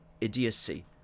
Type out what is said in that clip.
idiocy